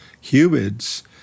humans